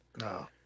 No